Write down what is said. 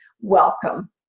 Welcome